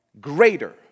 greater